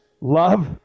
love